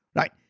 right.